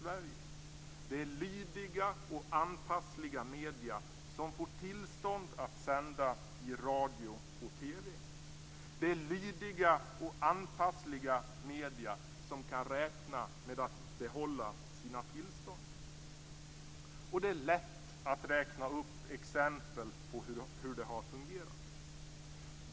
Det är lydiga och anpassliga medier som får tillstånd att sända i radio och TV. Det är lydiga och anpassliga medier som kan räkna med att behålla sina tillstånd. Det är lätt att räkna upp exempel på hur det har fungerat.